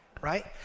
right